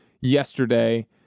yesterday